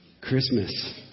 Christmas